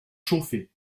chauffé